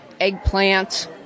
eggplants